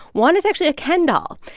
one is actually a ken doll.